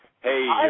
hey